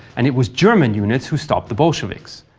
and it was german units who stopped the bolsheviks.